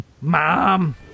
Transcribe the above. mom